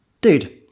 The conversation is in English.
Dude